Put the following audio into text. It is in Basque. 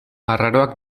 arraroak